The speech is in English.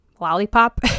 lollipop